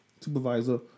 supervisor